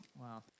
Wow